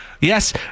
Yes